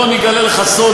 בוא אני אגלה לך סוד,